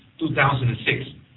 2006